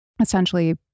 essentially